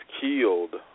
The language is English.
killed